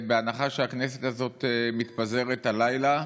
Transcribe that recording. בהנחה שהכנסת הזאת מתפזרת הלילה,